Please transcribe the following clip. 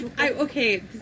Okay